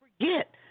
forget